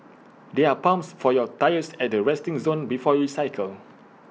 there are pumps for your tyres at the resting zone before you cycle